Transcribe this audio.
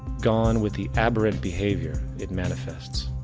gone with the aberrant behavior it manifests.